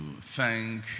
thank